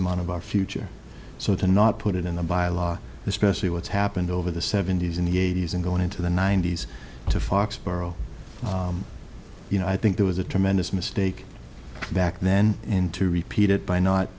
amount of our future so to not put it in the byelaw especially what's happened over the seventy's in the eighty's and going into the ninety's to foxborough you know i think there was a tremendous mistake back then and to repeat it by not